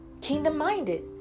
kingdom-minded